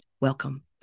welcome